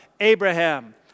Abraham